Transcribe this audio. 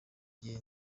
igihe